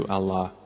Allah